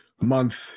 month